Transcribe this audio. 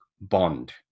bond